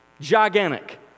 Gigantic